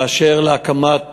באשר להקמת